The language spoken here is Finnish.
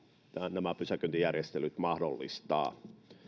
nämä pysäköintijärjestelyt mahdollistaa